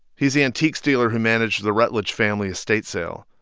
he's the antiques dealer who managed the rutledge family estate sale.